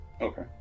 Okay